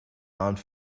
armed